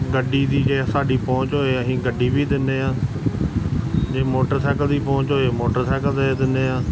ਗੱਡੀ ਦੀ ਜੇ ਸਾਡੀ ਪਹੁੰਚ ਹੋਵੇ ਅਸੀਂ ਗੱਡੀ ਵੀ ਦਿੰਦੇ ਹਾਂ ਜੇ ਮੋਟਰਸਾਈਕਲ ਦੀ ਪਹੁੰਚ ਹੋਵੇ ਮੋਟਰਸਾਈਕਲ ਦੇ ਦਿੰਦੇ ਹਾਂ